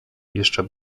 jeszcze